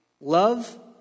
Love